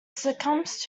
succumbs